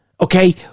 Okay